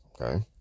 Okay